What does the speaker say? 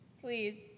Please